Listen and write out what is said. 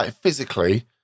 Physically